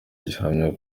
gihamya